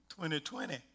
2020